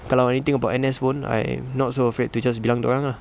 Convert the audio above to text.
kalau anything about N_S pun I'm not so afraid to just bilang dia orang ah